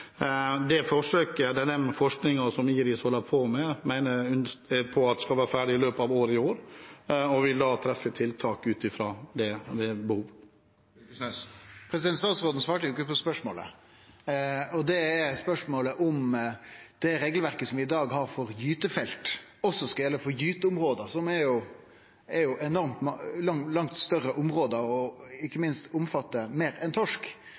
Det forsøket er den forskningen som IRIS holder på med. Jeg mener det skal være ferdig i løpet av året, og vil da treffe tiltak ut fra det om det er behov. Statsråden svarte ikkje på spørsmålet. Spørsmålet er om det regelverket som vi i dag har for gytefelt, også skal gjelde for gyteområde, som jo er langt større område og ikkje minst omfattar meir enn torsk. Det er andre enn